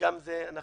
וגם על זה אנחנו